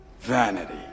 Vanity